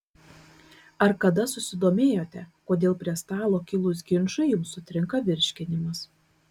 ar kada susidomėjote kodėl prie stalo kilus ginčui jums sutrinka virškinimas